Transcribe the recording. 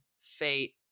Fate